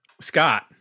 Scott